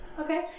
Okay